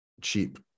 cheap